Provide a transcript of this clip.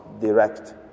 direct